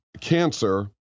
Cancer